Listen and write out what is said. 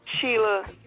Sheila